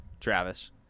Travis